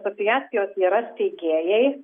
asociacijos yra steigėjai